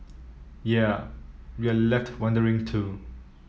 yea we're left wondering too